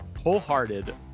wholehearted